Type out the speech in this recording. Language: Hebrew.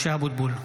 משה אבוטבול,